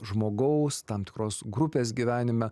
žmogaus tam tikros grupės gyvenime